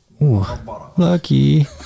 lucky